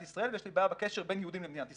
ישראל ויש לי בעיה בקשר בין יהודים למדינת ישראל.